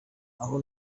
aho